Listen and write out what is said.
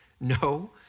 No